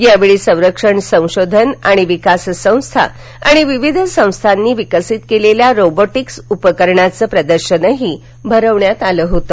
यावेळी संरक्षण संशोधन आणि विकास संस्था आणि विविध संस्थांनी विकसित केलेल्या रोबोटिक्स उपकरणांच प्रदर्शनही भरविण्यात आलं होतं